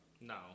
No